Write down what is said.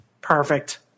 Perfect